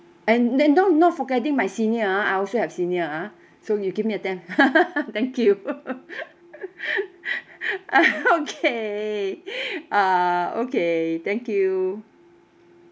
and not not forgetting my senior ah I also have senior ah so you give me a ten thank you okay uh okay thank you